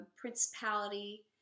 principality